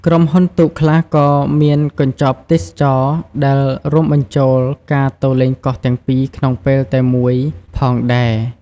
ក្រុមហ៊ុនទូកខ្លះក៏មានកញ្ចប់ទេសចរណ៍ដែលរួមបញ្ចូលការទៅលេងកោះទាំងពីរក្នុងពេលតែមួយផងដែរ។